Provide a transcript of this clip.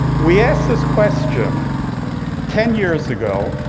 we asked this question ten years ago.